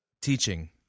teaching